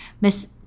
Miss